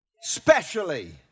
Specially